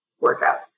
workout